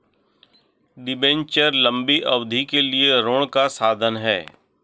debenture लंबी अवधि के लिए ऋण का साधन है